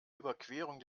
überquerung